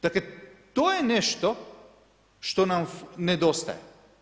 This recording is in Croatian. Dakle, to je nešto što nam nedostaje.